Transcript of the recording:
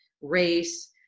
race